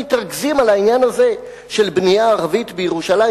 הם מתרגזים על העניין הזה של בנייה בירושלים,